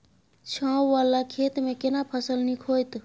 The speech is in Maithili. छै ॉंव वाला खेत में केना फसल नीक होयत?